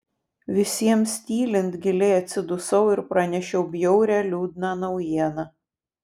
visiems tylint giliai atsidusau ir pranešiau bjaurią liūdną naujieną